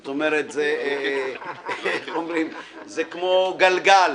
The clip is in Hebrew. זאת אומרת, זה כמו גלגל